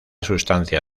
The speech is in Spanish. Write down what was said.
sustancia